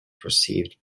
perceived